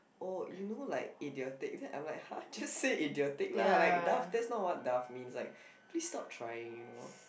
oh you know like idiotic then I'm like !huh! just say idiotic lah like daft that's not what daft means like please stop trying you know